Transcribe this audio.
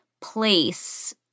place